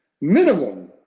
minimum